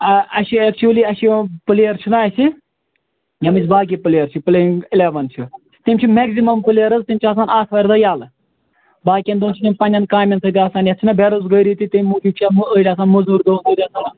اسہِ چھِ ایٚکچؤلی اسہِ چھِ پٕلیر چھِنَہ اسہِ یِم اسہِ باقٕے پٔلیر چھِ پلییِنٛگ اِلیون چھِ تِم چھِ میٚکِزمم پٔلیر حظ تِم چھِ آسان آتھٕوارِ دۄہ یَلہٕ باقٕین دۄہن چھِ تِم پنٛنیٚن کامیٚن سۭتۍ آسان یَتھ چھَنَا بیٚروز گٲری تہِ تمہِ موٗجوٗب چھِ أڑۍ آسان مُزوٗر دۄہ أڑۍ آسان